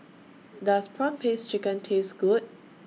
Does Prawn Paste Chicken Taste Good